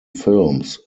films